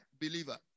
believer